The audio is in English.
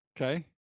okay